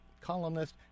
Columnist